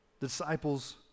Disciples